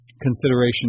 consideration